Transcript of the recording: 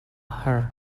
har